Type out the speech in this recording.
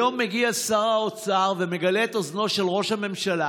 היום מגיע שר האוצר ומגלה את אוזנו של ראש הממשלה